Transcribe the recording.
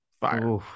fire